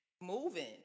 Moving